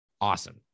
awesome